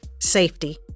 Safety